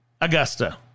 Augusta